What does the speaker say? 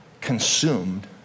consumed